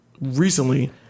recently